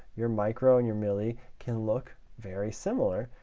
your micro and your milli can look very similar,